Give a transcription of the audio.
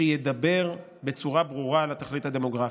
שידבר בצורה ברורה על התכלית הדמוגרפית,